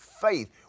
faith